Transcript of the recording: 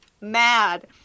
mad